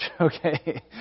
okay